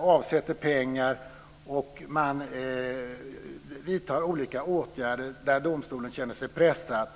avsätts och olika åtgärder vidtas där domstolen känner sig pressad.